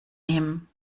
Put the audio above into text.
him